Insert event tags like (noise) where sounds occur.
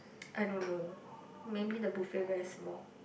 (noise) I don't know maybe the buffet very small